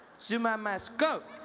zuma must go!